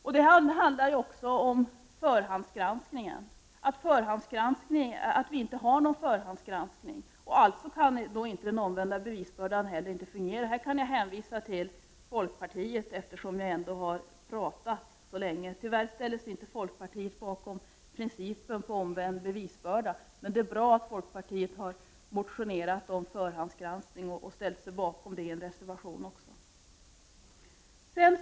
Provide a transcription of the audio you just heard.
Vi har inte heller förhandsgranskning. Alltså kan inte den omvända bevisbördan fungera. När det gäller förhandsgranskningen kan jag hänvisa till folkpartiet, eftersom jag redan har talat så mycket om detta. Tyvärr ställer sig inte folkpartiet bakom principen om den omvända bevisbördan, men det är bra att folkpartiet har motionerat om förhandsgranskning och ställer sig bakom kravet på sådan i en reservation.